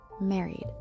married